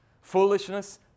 Foolishness